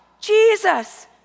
Jesus